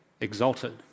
exalted